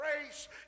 grace